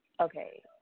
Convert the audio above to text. okay